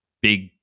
big